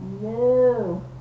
No